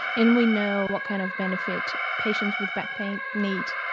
and we know what kind of benefit patients with back pain need,